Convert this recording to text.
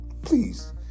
Please